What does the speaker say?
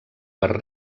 per